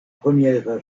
première